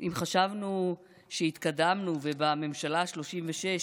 אם חשבנו שהתקדמנו ובממשלה השלושים-ושש,